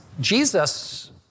Jesus